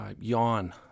yawn